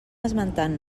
esmentant